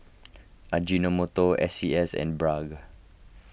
Ajinomoto S C S and Bragg